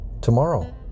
tomorrow